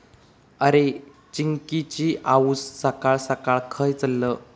अरे, चिंकिची आऊस सकाळ सकाळ खंय चल्लं?